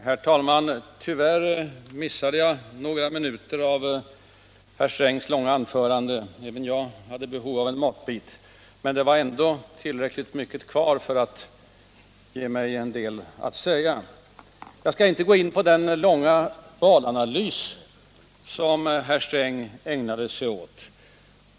Herr talman! Tyvärr missade jag några minuter av herr Strängs långa anförande — även jag hade behov av en matbit. Men det var ändå tillräckligt mycket kvar för att ge mig en del att säga. Jag skall inte gå in på den långa valanalys som herr Sträng ägnade sig åt.